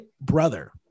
brother